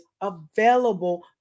available